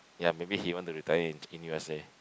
ya maybe he want to retire in in U_S_A